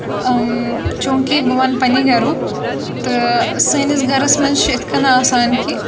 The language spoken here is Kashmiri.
چوٗنٛکہِ بہٕ وَنہٕ پَنٕنہِ گَرُک تہٕ سٲنِس گَرَس منٛز چھِ یِتھ کَن آسان کہِ